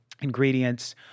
ingredients